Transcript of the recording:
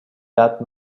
that